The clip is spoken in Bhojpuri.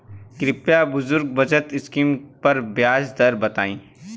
कृपया बुजुर्ग बचत स्किम पर ब्याज दर बताई